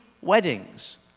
weddings